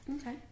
Okay